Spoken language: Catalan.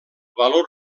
valor